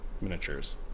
miniatures